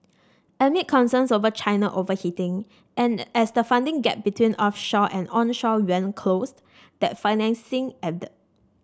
amid concerns over China overheating and as the funding gap between offshore and onshore yuan closed that financing ebbed